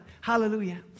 Hallelujah